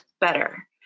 better